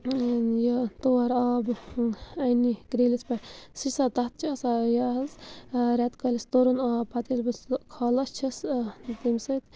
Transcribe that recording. یہِ تور آب اَننہِ کرٛیٖلِس پٮ۪ٹھ سُہ چھِ آسان تَتھ چھُ آسان یہِ حظ رٮ۪تہٕ کٲلِس تُرُن آب پَتہٕ ییٚلہِ بہٕ سُہ کھالان چھَس تمہِ سۭتۍ